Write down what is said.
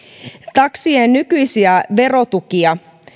taksien nykyisiä verotukia